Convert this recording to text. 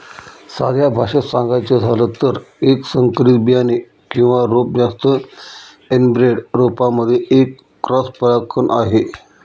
साध्या भाषेत सांगायचं झालं तर, एक संकरित बियाणे किंवा रोप जास्त एनब्रेड रोपांमध्ये एक क्रॉस परागकण आहे